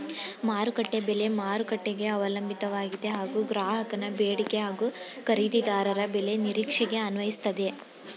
ಮಾರುಕಟ್ಟೆ ಬೆಲೆ ಮಾರುಕಟ್ಟೆಗೆ ಅವಲಂಬಿತವಾಗಿದೆ ಹಾಗೂ ಗ್ರಾಹಕನ ಬೇಡಿಕೆ ಹಾಗೂ ಖರೀದಿದಾರರ ಬೆಲೆ ನಿರೀಕ್ಷೆಗೆ ಅನ್ವಯಿಸ್ತದೆ